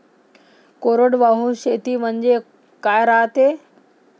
कोरडवाहू शेती म्हनजे का रायते?